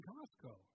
Costco